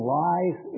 lies